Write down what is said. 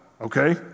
okay